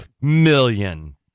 million